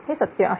हे सत्य आहे